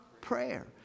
prayer